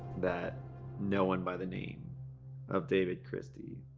that no one by the name of david christie